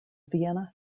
vienna